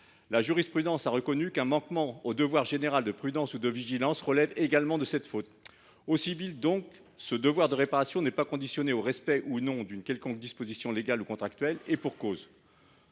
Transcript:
La jurisprudence a reconnu qu’un manquement au devoir général de prudence ou de vigilance constitue également une telle faute. Au civil, le devoir de réparation n’est donc pas conditionné à la violation d’une quelconque disposition légale ou contractuelle, et pour cause.